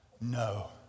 No